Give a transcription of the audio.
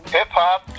Hip-Hop